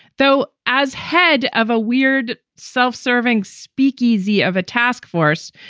though as head of a weird, self-serving speakeasy of a task force,